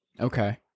Okay